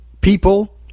people